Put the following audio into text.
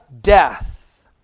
death